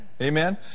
Amen